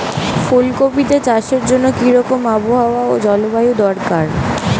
ফুল কপিতে চাষের জন্য কি রকম আবহাওয়া ও জলবায়ু দরকার?